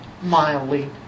mildly